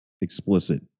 explicit